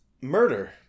Murder